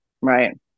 Right